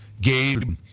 Gabe